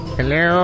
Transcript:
Hello